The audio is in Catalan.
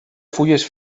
fulles